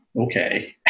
okay